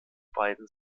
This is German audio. beiden